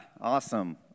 Awesome